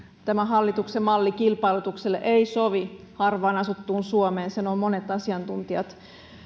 tämä hallituksen malli kilpailutukselle ei sovi harvaan asuttuun suomeen sen ovat monet asiantuntijat